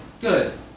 good